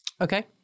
Okay